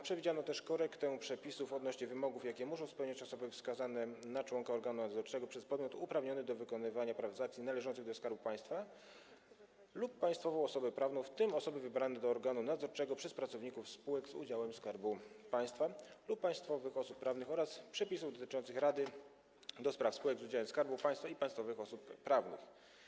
Przewidziano też korektę przepisów odnośnie do wymogów, jakie muszą spełniać osoby wskazane na członka organu nadzorczego przez podmiot uprawniony do wykonywania praw z akcji należących do Skarbu Państwa lub państwową osobę prawną, w tym osoby wybrane do organu nadzorczego przez pracowników spółek z udziałem Skarbu Państwa lub państwowych osób prawnych oraz przepisów dotyczących Rady do spraw spółek z udziałem Skarbu Państwa i państwowych osób prawnych.